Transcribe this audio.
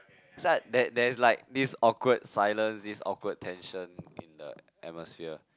so I there's there's like this awkward silence this awkward tension in the atmosphere